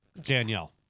Danielle